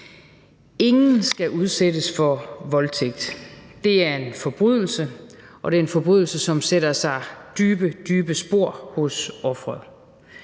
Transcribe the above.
Ingen skal udsættes for voldtægt, for det er en forbrydelse, og det er en forbrydelse, som sætter sig dybe, dybe spor hos offeret,